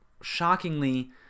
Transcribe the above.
shockingly